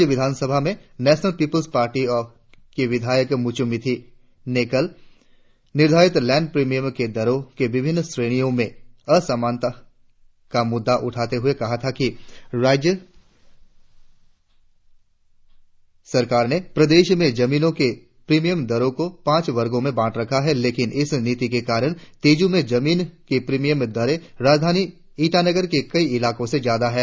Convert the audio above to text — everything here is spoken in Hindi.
राज्य विधानसभा में नेशनल पीपूल्स पार्टी के विधायक मुचु मिथि ने कल निर्धारित लैंड प्रिमियम के दरो के विभिन्न श्रेणियों में असमानता का मुद्दा उठाते हुए कहा था कि राज्य सरकार ने प्रदेश में जमीनों के प्रिमियम दरों को पांच वर्गों में बांट रखा है लेकिन इस नीति के कारण तेजू में जमीन की प्रिमियम दरे राजधानी ईटानगर के कई इलाको से ज्यादा है